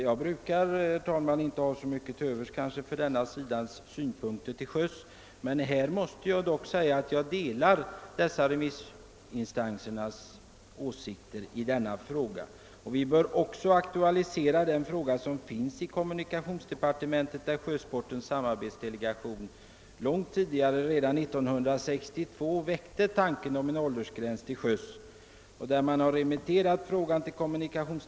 Jag brukar inte ha så mycket till övers för den sidans synpunkter när det gäller förhållandena till sjöss, men i detta fall måste jag säga att jag delar de framförda åsikterna. Vi bör också aktualisera en annan fråga. Sjösportens <samarbetsdelegation väckte redan 1962 hos kommunikationsdepartementet tanken på införande av en åldersgräns för förande av båt.